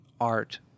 art